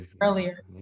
earlier